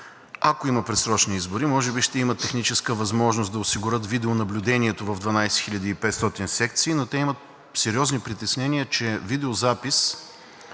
ако има предсрочни избори, може би ще имат техническа възможност да осигурят видеонаблюдението в 12 500 секции, но те имат сериозни притеснения, че видеозапис